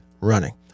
running